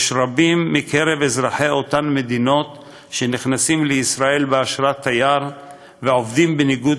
רבים מקרב אזרחי אותן מדינות שנכנסים לישראל באשרת תייר ועובדים בניגוד